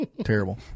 terrible